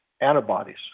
antibodies